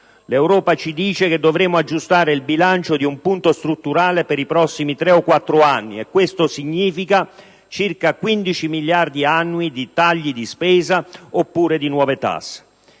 L'Europa ci dice che dovremo aggiustare il bilancio di un punto strutturale per i prossimi tre o quattro anni e questo significa circa 15 miliardi annui di tagli di spesa oppure di nuove tasse.